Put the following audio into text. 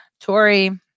Tory